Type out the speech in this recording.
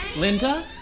Linda